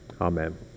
Amen